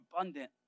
abundant